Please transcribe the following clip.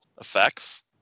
effects